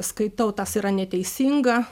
skaitau tas yra neteisinga